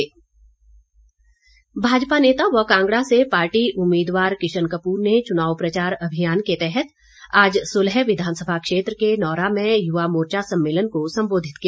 किशन कपूर भाजपा नेता व कांगड़ा से पार्टी उम्मीदवार किशन कपूर ने चुनाव प्रचार अभियान के तहत आज सुलह विधानसभा क्षेत्र के नौरा में युवा मोर्चा सम्मेलन को संबोधित किया